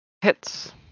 Hits